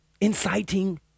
inciting